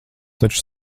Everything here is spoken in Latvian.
taču